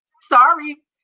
Sorry